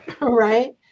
right